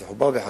זה חובר בחקיקה.